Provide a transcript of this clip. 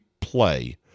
play